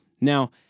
Now